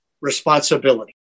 responsibility